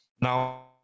now